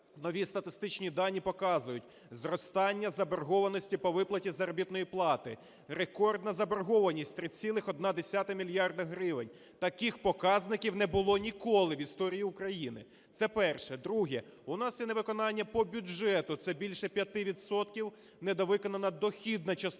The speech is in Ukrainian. Нові статистичні дані показують, зростання заборгованості по виплаті заробітної плати, рекордна заборгованість – 3,1 мільярда гривень. Таких показників не було ніколи в історії України. Це перше. Друге. У нас є невиконання по бюджету, це більше 5 відсотків недовиконана дохідна частина